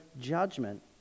judgment